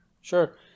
sure